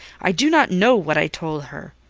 i do not know what i told her,